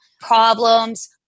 problems